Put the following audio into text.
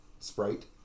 Sprite